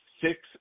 six